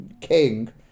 king